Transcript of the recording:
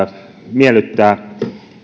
miellyttää